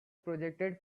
projected